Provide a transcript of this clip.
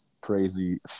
crazy